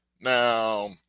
Now